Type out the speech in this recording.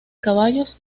caballos